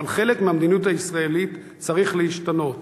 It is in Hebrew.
אבל חלק מהמדיניות הישראלית צריכה להשתנות".